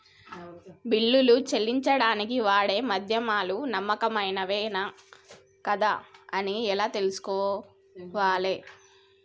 బిల్లులు చెల్లించడానికి వాడే మాధ్యమాలు నమ్మకమైనవేనా కాదా అని ఎలా తెలుసుకోవాలే?